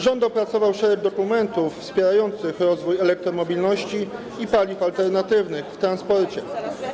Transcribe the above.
Rząd opracował szereg dokumentów wspierających rozwój elektromobilności i paliw alternatywnych w obszarze transportu.